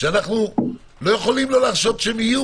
שאנחנו לא יכולים להרשות שלא יהיו